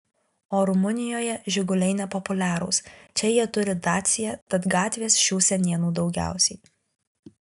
o rumunijoje žiguliai nepopuliarūs čia jie turi dacia tad gatvės šių senienų daugiausiai